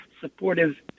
supportive